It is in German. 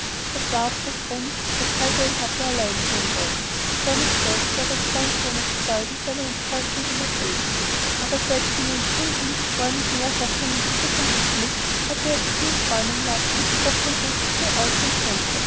das war auch der grund weshalb er ihn hatte allein sehen wollen seinem stolz war der gedanke eines zeugen seiner enttäuschung unerträglich aber selbst in den stunden wo er mit mehr hoffnung in die zukunft geblickt hatte er sich nie träumen lassen daß sein enkel so aussehen könnte